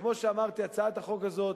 כמו שאמרתי, הצעת החוק הזאת